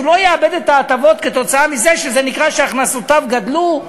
שהוא לא יאבד את ההטבות כתוצאה מזה שזה נקרא שהכנסותיו גדלו,